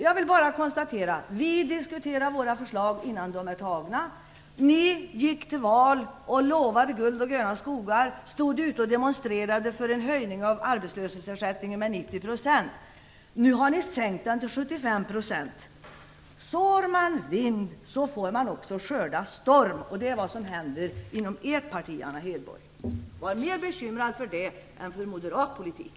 Jag konstaterar bara: Vi diskuterar våra förslag innan de är antagna. Ni gick till val och lovade guld och gröna skogar. Ni demonstrerade för en höjning av arbetslöshetsersättningen till 90 %. Nu har ni sänkt den till 75 %. Sår man vind får man också skörda storm, och det är också det som händer inom ert parti, Anna Hedborg. Var mer bekymrad för det än över moderat politik!